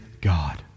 God